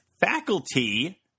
faculty